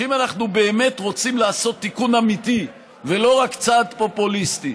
שאם אנחנו באמת רוצים לעשות תיקון אמיתי ולא רק צעד פופוליסטי,